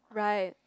right